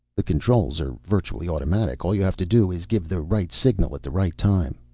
the controls are virtually automatic. all you have to do is give the right signal at the right time.